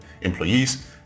employees